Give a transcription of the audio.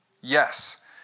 Yes